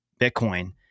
Bitcoin